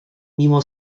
mimo